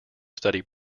study